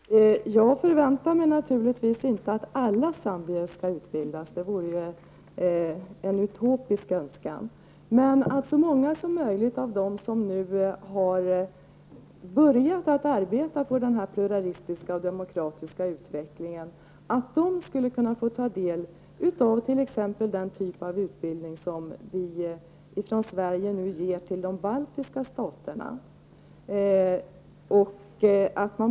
Herr talman! Jag förväntar mig naturligtvis inte att alla zambier skall utbildas. Det vore ju en utopisk önskan! Jag tycker dock att så många som möjligt av dem som nu har börjat att arbeta med den pluralistiska och demokratiska utvecklingen skall kunna få ta del av t.ex. den typ av utbildning som vi i Sverige nu ger till de baltiska staterna.